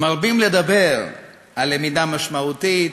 מרבים לדבר על למידה משמעותית,